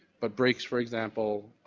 but breaks, for example,